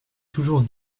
toujours